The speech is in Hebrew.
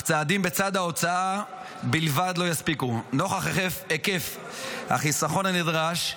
אך צעדים בצד ההוצאה בלבד לא יספיקו נוכח היקף החיסכון הנדרש.